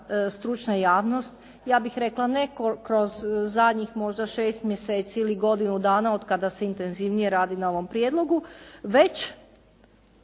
stručna javnost ja bih rekla ne kroz zadnjih možda šest mjeseci ili godinu dana od kada se intenzivnije radi na ovom prijedlogu već